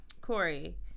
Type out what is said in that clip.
Corey